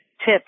Tips